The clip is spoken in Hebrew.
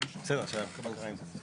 גמרנו את כל הנושאים האחירם?